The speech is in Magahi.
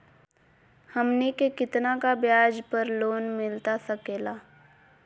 हमनी के कितना का ब्याज पर लोन मिलता सकेला?